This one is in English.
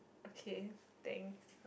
okay thanks